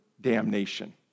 damnation